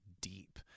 deep